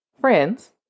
friends